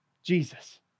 Jesus